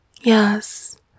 yes